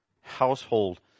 household